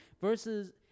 versus –